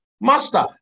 Master